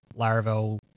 Laravel